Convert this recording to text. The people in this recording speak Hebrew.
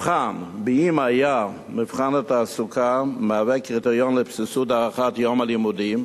לו היה מבחן התעסוקה קריטריון לסבסוד הארכת יום הלימודים,